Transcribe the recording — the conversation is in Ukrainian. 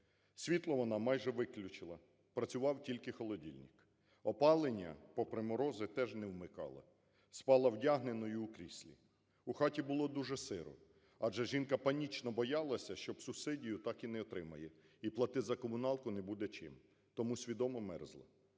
світло вона майже виключила, працював тільки холодильник; опалення попри морози теж не вмикала – спала вдягненою у кріслі. У хаті було дуже сиро, адже жінка панічно боялася, що субсидію так і не отримає і платити за комуналку не буде чим, тому свідомо мерзла.